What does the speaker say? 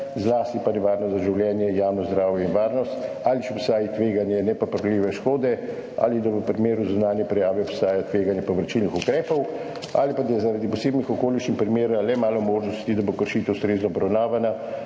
zlasti pa nevarnost za življenje, javno zdravje in varnost, ali obstaja tveganje nepopravljive škode ali da v primeru zunanje prijave obstaja tveganje povračilnih ukrepov ali pa da je zaradi posebnih okoliščin primera le malo možnosti, da bo kršitev ustrezno obravnavana,